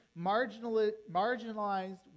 marginalized